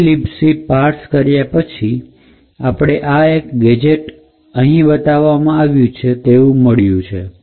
આખી libc parse કર્યા પછી આપણે આ એક જ ગેજેટ અહીં બતાવવામાં આવ્યું છે તે મળ્યું છે